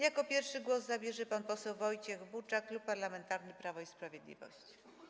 Jako pierwszy głos zabierze pan poseł Wojciech Buczak, Klub Parlamentarny Prawo i Sprawiedliwość.